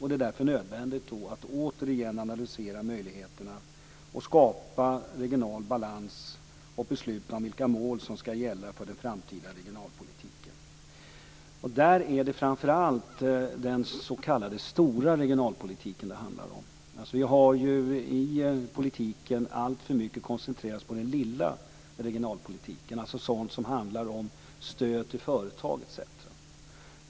Det är därför nödvändigt att återigen analysera möjligheterna att skapa regional balans och besluta om vilka mål som skall gälla för den framtida regionalpolitiken. Där är det framför allt den s.k. stora regionalpolitiken det handlar om. Vi har i politiken alltför mycket koncentrerat oss på den lilla regionalpolitiken, dvs. sådant som handlar om stöd till företag etc.